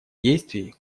действий